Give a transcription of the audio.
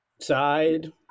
side